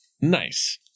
Nice